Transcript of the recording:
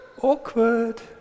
awkward